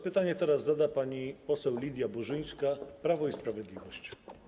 Pytanie teraz zada pani poseł Lidia Burzyńska, Prawo i Sprawiedliwość.